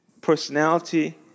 personality